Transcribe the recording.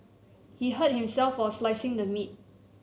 he hurt himself while slicing the meat